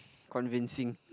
convincing